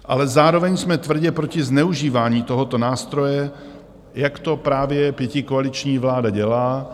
Ale zároveň jsme tvrdě proti zneužívání tohoto nástroje, jak to právě pětikoaliční vláda dělá.